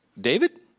David